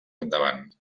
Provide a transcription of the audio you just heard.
endavant